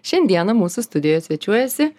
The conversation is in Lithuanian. šiandieną mūsų studijoje svečiuojasi